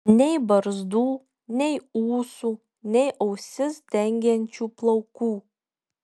nei barzdų nei ūsų nei ausis dengiančių plaukų